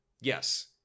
Yes